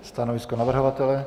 Stanovisko navrhovatele?